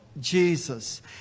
Jesus